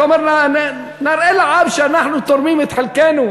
אתה אומר: נראה לעם שאנחנו תורמים את חלקנו,